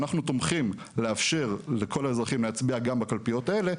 אנחנו תומכים לאפשר לכל האזרחים להצביע גם בקלפיות האלה,